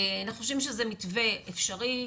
אנחנו חושבים שזה מתווה אפשרי,